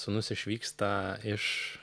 sūnus išvyksta iš